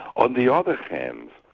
on the other hand,